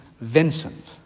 Vincent